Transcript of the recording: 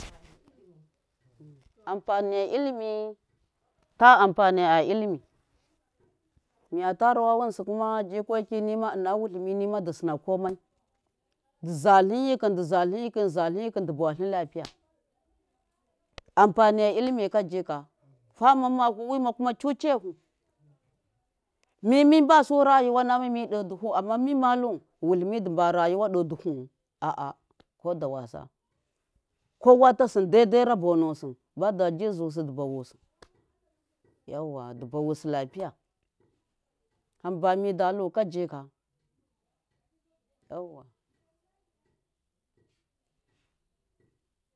ampaniya ilimi ta ampani a ilimi huyata rawa ghinsi kuma jikokinima ina wuliminima disina komai di zalin yiki dizadinyi klum dizalinyikhum du ba walin lapiya ampaniya ilimikajika fama mahu kuma wima cucefu mimi basu rayuwa namami ɗe duhu amma mimalu wuhiumi du barayuwa de duhu wu a a koda wasa kuwa tasim daidai rabo musu ba dabi gusu du bawusi yawwa du bawusi lapiya hamba mida luka jika yauwa.